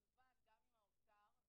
כמובן גם עם משרד האוצר.